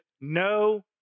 no